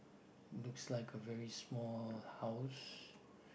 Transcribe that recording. looks like a very small house